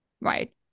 right